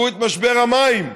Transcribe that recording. תראו את משבר המים.